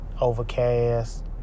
Overcast